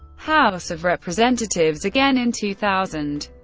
house of representatives again in two thousand,